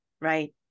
Right